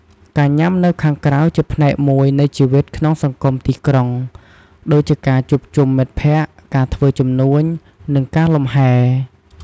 ការញ៉ាំនៅខាងក្រៅជាផ្នែកមួយនៃជីវិតក្នុងសង្គមទីក្រុង ដូចជាការជួបជុំមិត្តភ័ក្តិ ការធ្វើជំនួញ និងការលំហែ។